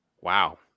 Wow